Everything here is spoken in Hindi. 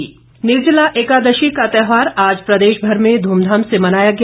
निर्जला एकादशी निर्जला एकादशी का त्यौहार आज प्रदेशभर में ध्रमधाम से मनाया गया